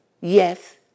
yes